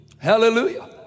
Hallelujah